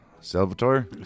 Salvatore